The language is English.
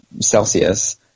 Celsius